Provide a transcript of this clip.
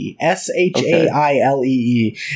S-H-A-I-L-E-E